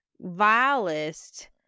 vilest